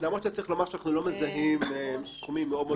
למרות שצריך לומר שאנחנו לא מזהים סכומים מאוד גבוהים